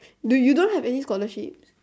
do you don't have any scholarship